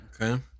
Okay